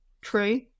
True